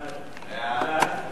בקריאה שלישית.